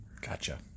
Gotcha